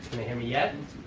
they hear me yet?